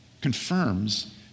confirms